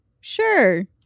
Sure